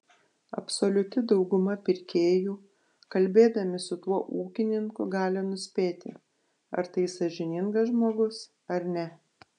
absoliuti dauguma pirkėjų kalbėdami su tuo ūkininku gali nuspėti ar tai sąžiningas žmogus ar ne